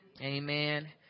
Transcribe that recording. Amen